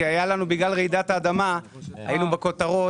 כי בגלל רעידת האדמה היינו בכותרות.